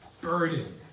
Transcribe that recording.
burden